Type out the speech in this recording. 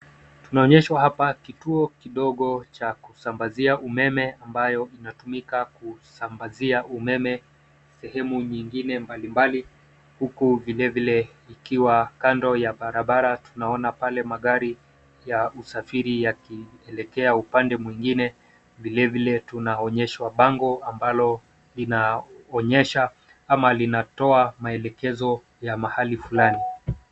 Tunaonyeshwa hapa kituo kidogo cha kusambazia umeme ambayo inatumika kusambazia umeme sehemu nyingine mbali mbali huku vile ikiwa kando ya barabara tunaona pale magari ya usafiri ikielekea upande mwingine vile tunaonyeshwa bango ambalo linaonyesha ama linatoa maelekezo ya mahali fulani.